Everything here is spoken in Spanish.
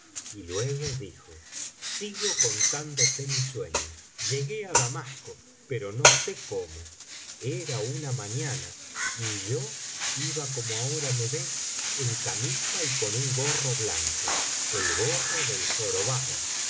y luego dijo sigo contándote mi sueño llegué á damasco pero no sé cómo era una mañana y yo iba como ahora me ves en camisa y con un gorro blanco el gorro del jorobado